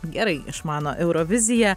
gerai išmano euroviziją